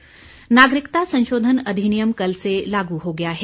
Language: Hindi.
अधिनियम नागरिकता संशोधन अधिनियम कल से लागू हो गया है